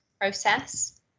process